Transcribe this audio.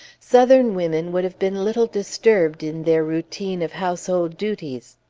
southern women would have been little disturbed in their routine of household duties.